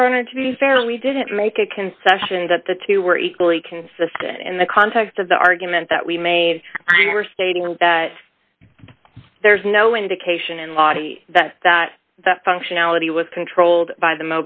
you're going to be fair we didn't make a concession that the two were equally consistent in the context of the argument that we made or stating that there's no indication in law that that the functionality was controlled by the